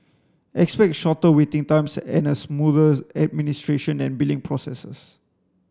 expect shorter waiting times and a smoother administration and billing processes